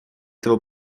этого